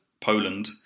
Poland